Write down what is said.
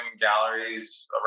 galleries